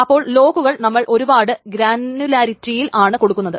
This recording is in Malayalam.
അപ്പോൾ ലോക്കുകൾ നമ്മൾ ഒരുപാട് ഗ്രാനുലാരിറ്റിയിൽ ആണ് കൊടുക്കുന്നത്